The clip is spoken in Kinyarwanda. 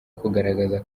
kugaragaza